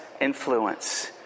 influence